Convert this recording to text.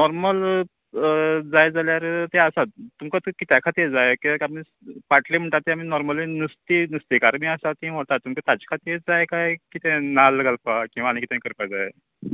normal जाय जाल्यार तें आसात तुमका तें कित्या खातीर जाय कित्याक आमी पाटले म्हणता तें आमी नॉर्मल नुस्तें नुसत्याकार बी आसा ती व्हरतात तुमका ताज खातीर जाय काय कितें नाल्ल घलपाक किंवा आनी कितें करपा जाय